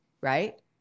right